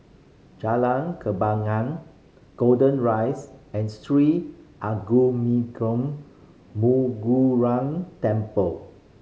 Jalan Kembangan Golden Rise and Sri Temple